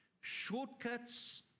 Shortcuts